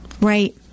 right